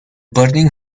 burning